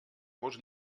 gos